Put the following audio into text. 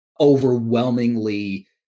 Overwhelmingly